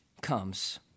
comes